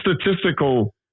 statistical